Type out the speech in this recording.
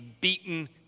beaten